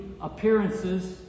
Appearances